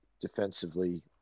defensively